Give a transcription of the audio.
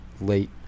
late